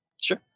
Sure